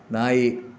ನಾಯಿ